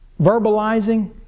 verbalizing